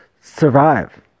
survive